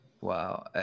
Wow